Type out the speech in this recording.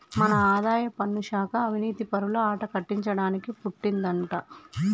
మన ఆదాయపన్ను శాఖ అవనీతిపరుల ఆట కట్టించడానికి పుట్టిందంటా